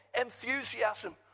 enthusiasm